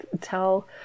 tell